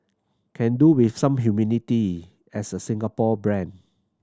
can do with some humility as a Singapore brand